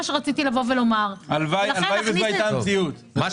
הלוואי וזו הייתה המציאות.